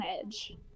edge